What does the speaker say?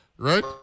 right